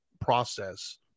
process